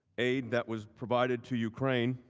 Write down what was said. aid that was provided to ukraine